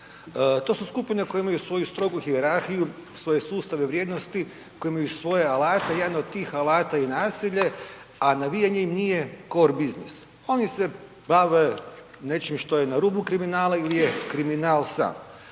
To su skupine koje imaju svoju strogu hijerarhiju, svoje sustave vrijednosti, koje imaju svoje alate i jedan od tih alata je nasilje, a navijanje im nije kor busines. Oni se bave nečim što je na rubu kriminala ili je kriminal sam.